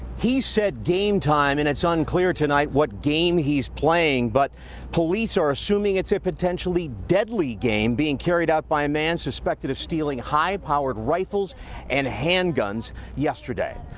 he said game time. and it's unclear what game he's playing. but police are assuming it's a, potentially deadly game being carried out by a man suspected of stealing high powered rifle and handguns yesterday.